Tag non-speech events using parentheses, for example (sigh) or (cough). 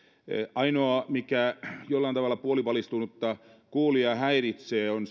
ainoa mikä jollain tavalla häiritsee puolivalistunutta kuulijaa on (unintelligible)